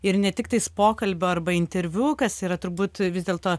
ir ne tik tais pokalbio arba interviu kas yra turbūt vis dėlto